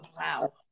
wow